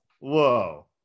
whoa